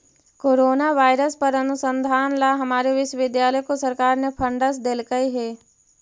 corona virus पर अनुसंधान ला हमारे विश्वविद्यालय को सरकार ने फंडस देलकइ हे